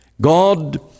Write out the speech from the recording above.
God